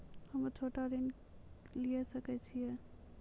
हम्मे छोटा ऋण लिये सकय छियै?